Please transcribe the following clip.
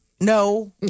No